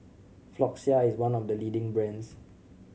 Floxia is one of the leading brands